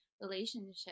relationship